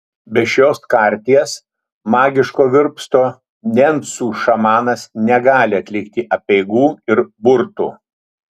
be šios karties magiško virpsto nencų šamanas negali atlikti apeigų ir burtų